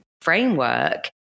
framework